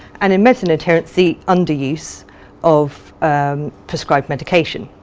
and in medicines adherence the under-use of prescribed medication.